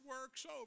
works